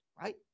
right